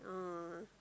ah